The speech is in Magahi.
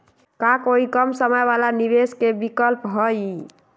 का कोई कम समय वाला निवेस के विकल्प हई?